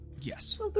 Yes